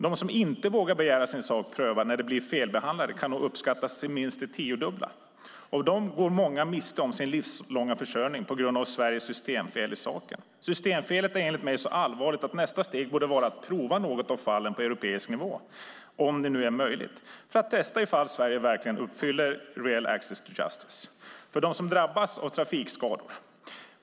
De som inte vågar begära sin sak prövad när de blir felbehandlade kan nog uppskattas till minst det tiodubbla. Av dem går många miste som sin livslånga försörjning på grund av Sveriges systemfel i saken. Systemfelet är enligt mig så allvarligt att nästa steg borde vara ett prova något av fallen på europeisk nivå, om det nu är möjligt, för att testa i fall Sverige verkligen uppfyller reell access to justice för dem som drabbats av trafikskador.